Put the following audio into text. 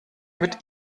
mit